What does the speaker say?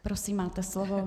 Prosím, máte slovo.